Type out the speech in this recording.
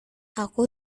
aku